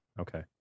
Okay